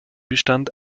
bestand